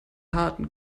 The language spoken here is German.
harten